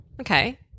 okay